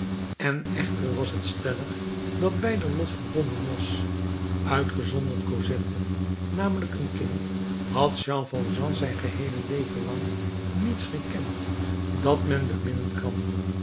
en echter was het stellig dat beider lot verbonden was uitgezonderd cosette namelijk een kind had jean valjean zijn geheele leven lang niets gekend dat men beminnen kan